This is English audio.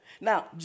Now